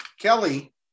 Kelly